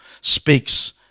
speaks